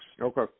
Okay